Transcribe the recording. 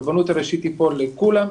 הרבנות הראשית היא פה לכולם,